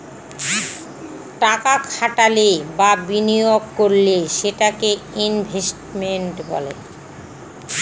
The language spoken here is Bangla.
টাকা খাটালে বা বিনিয়োগ করলে সেটাকে ইনভেস্টমেন্ট বলে